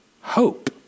hope